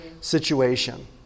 situation